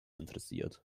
interessiert